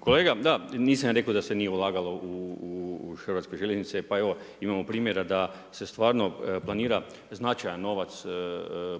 Kolega da, nisam ja rekao da se nije ulagalo u HŽ pa evo imamo primjera da se stvarno planira značajan novac